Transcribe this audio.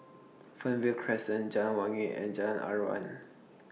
Fernvale Crescent Jalan Wangi and Jalan Aruan